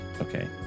okay